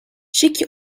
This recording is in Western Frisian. sykje